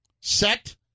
set